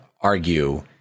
argue